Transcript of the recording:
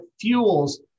fuels